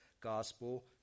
gospel